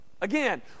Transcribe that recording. Again